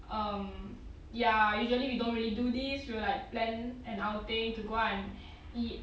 um ya usually we don't really do this we will like plan an outing to go and eat